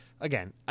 Again